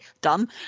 done